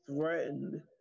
threatened